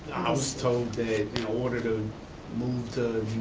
i was told that in order to move to